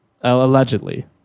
allegedly